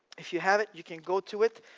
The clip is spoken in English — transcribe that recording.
if you have it you can go to it.